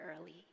early